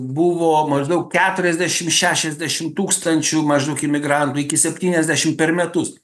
buvo maždaug keturiasdešim šešiasdešim tūkstančių maždaug imigrantų iki septyniasdešim per metus